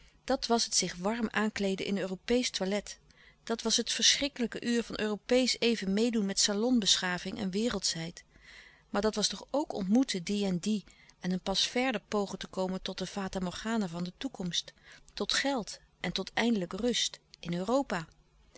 dat was het zich warm aankleeden in europeesch toilet dat was het verschrikkelijke uur van europeesch even meêdoen met salon beschaving en wereldschheid maar dat was toch ook ontmoeten die en die en een pas verder pogen te komen tot de fata morgana van de toekomst tot geld en tot eindelijke rust in europa